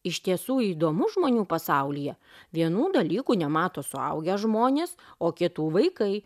iš tiesų įdomu žmonių pasaulyje vienų dalykų nemato suaugę žmonės o kitų vaikai